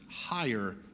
higher